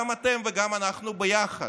גם אתם וגם אנחנו ביחד,